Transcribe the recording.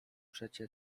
przecie